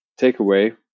Takeaway